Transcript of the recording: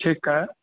ठीकु आहे